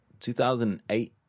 2008